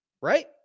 Right